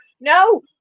No